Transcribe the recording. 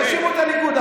תאשימו את הליכוד.